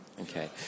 okay